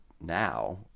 now